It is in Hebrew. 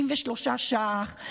63 מיליון ש"ח,